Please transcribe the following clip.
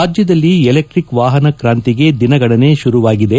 ರಾಜ್ಯದಲ್ಲಿ ಎಲೆಕ್ಷಿಕ್ ವಾಹನ ಕ್ರಾಂತಿಗೆ ದಿನಗಣನೆ ಶುರುವಾಗಿದೆ